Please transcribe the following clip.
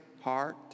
heart